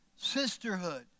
sisterhood